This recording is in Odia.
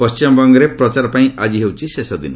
ପଶ୍ଚିମବଙ୍ଗରେ ପ୍ରଚାର ପାଇଁ ଆଜି ହେଉଛି ଶେଷ ଦିନ